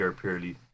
purely